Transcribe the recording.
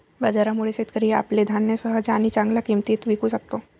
बाजारामुळे, शेतकरी आपले धान्य सहज आणि चांगल्या किंमतीत विकू शकतो